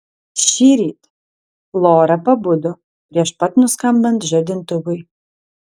šįryt flora pabudo prieš pat nuskambant žadintuvui